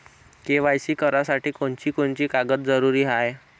KYC करासाठी कोनची कोनची कागद जरुरी हाय?